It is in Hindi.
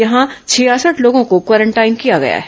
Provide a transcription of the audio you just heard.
यहां छियासठ लोगों को क्वारेंटाइन किया गया है